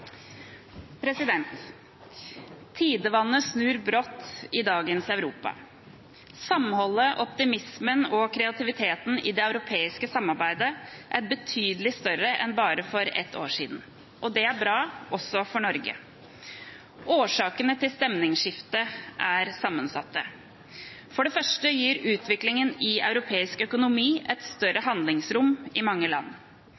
vedtatt. Tidevannet snur brått i dagens Europa. Samholdet, optimismen og kreativiteten i det europeiske samarbeidet er betydelig større enn for bare ett år siden. Det er bra, også for Norge. Årsakene til stemningsskiftet er sammensatte. For det første gir utviklingen i europeisk økonomi et større handlingsrom i mange land.